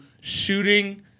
shooting